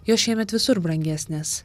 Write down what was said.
jos šiemet visur brangesnės